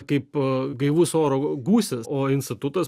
kaip a gaivus oro gūsis o institutas